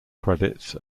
credits